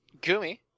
Gumi